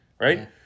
Right